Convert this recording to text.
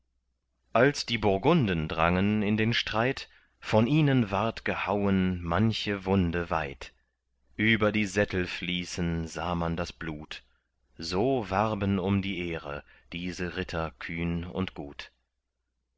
als die burgunden drangen in den streit von ihnen ward gehauen manche wunde weit über die sättel fließen sah man das blut so warben um die ehre diese ritter kühn und gut